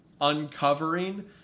uncovering